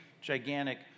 gigantic